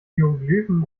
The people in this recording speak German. hieroglyphen